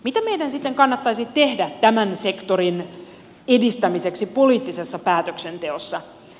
mitä meidän sitten kannattaisi tehdä tämän sektorin edistämiseksi poliittisessa päätöksenteossa